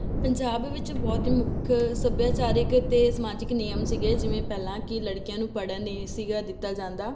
ਪੰਜਾਬ ਵਿੱਚ ਬਹੁਤ ਹੀ ਮੁੱਖ ਸੱਭਿਆਚਾਰਕ ਅਤੇ ਸਮਾਜਿਕ ਨਿਯਮ ਸੀਗੇ ਜਿਵੇਂ ਪਹਿਲਾਂ ਕਿ ਲੜਕੀਆਂ ਨੂੰ ਪੜ੍ਹਨ ਨਹੀਂ ਸੀਗਾ ਦਿੱਤਾ ਜਾਂਦਾ